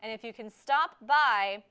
and if you can stop by